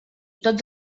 tots